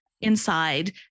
inside